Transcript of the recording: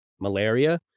malaria